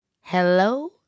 Hello